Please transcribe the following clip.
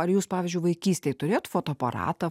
ar jūs pavyzdžiui vaikų jis tai turėti fotoaparatą